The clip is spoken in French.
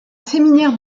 séminaire